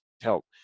help